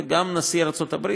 וגם נשיא ארצות הברית,